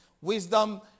Wisdom